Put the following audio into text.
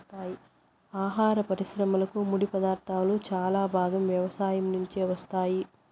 ఆహార పరిశ్రమకు ముడిపదార్థాలు చాలా భాగం వ్యవసాయం నుంచే వస్తాయి